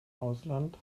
ausland